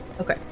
okay